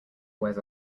wears